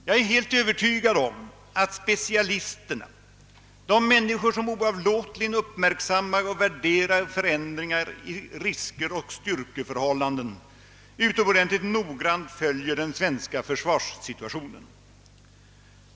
Jag är alldeles övertygad om att specialisterna, alltså de människor som oavlåtligen uppmärksammar och värderar förändringar i risker och styrkeförhållanden, utomordentligt noggrant följer den svenska försvarssituationen.